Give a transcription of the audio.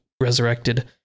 resurrected